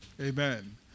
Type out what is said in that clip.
Amen